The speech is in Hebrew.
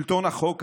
שלטון החוק,